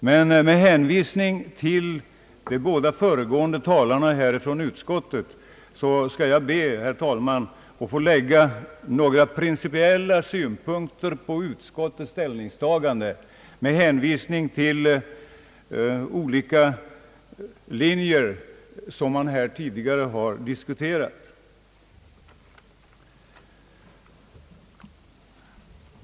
Men i anledning av vad de båda föregående ledamöterna av utskottet har anfört, ber jag, herr talman, få lägga några principiella synpunkter på utskottets ställningstagande med hänvisning till olika linjer som här tidigare har diskuterats.